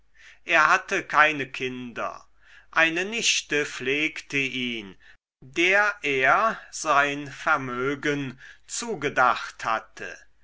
er hatte keine kinder eine nichte pflegte ihn der er sein vermögen zugedacht hatte